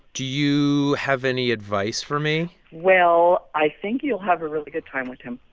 do you have any advice for me? well, i think you'll have a really good time with him.